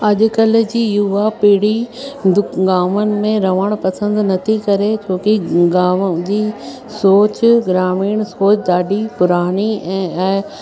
अॼुकल्ह जी युवा पीढ़ी दु गांवनि में रहण पसंदि नथी करे छोकी गांव जी सोच ग्रामीण सोच ॾाढी पुराणी ऐं